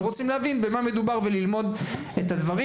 והם רוצים להבין במה מדובר וללמוד את הדברים.